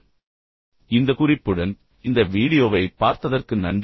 எனவே இந்த குறிப்புடன் இந்த வீடியோவைப் பார்த்ததற்கு நன்றி